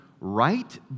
right